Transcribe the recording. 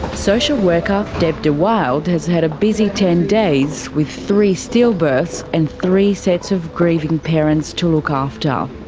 social worker deb de wilde has had a busy ten days with three stillbirths and three sets of grieving parents to look ah after.